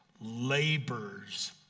labors